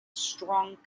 strong